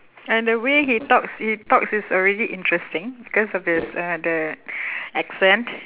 and the way he talks he talks is already interesting because of his uh the accent